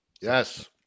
Yes